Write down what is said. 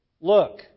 look